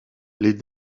les